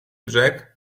brzeg